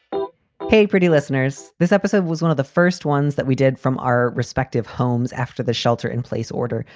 ow hey, pretty listeners, this episode was one of the first ones that we did from our respective homes after the shelter in place order,